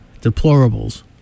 deplorables